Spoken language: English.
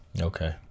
okay